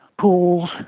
pools